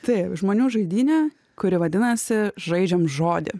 taip žmonių žaidynė kuri vadinasi žaidžiam žodį